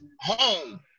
home